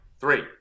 three